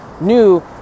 new